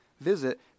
Visit